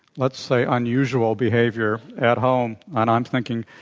let's say, unusual behavior at home? and i'm thinking,